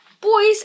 Boys